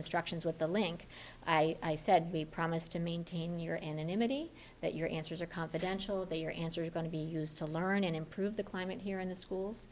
instructions with the link i said we promise to maintain your anonymity that your answers are confidential they are answers are going to be used to learn and improve the climate here in the schools